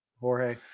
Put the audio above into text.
Jorge